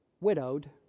widowed